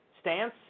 stance